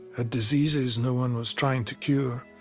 ah diseases no one was trying to cure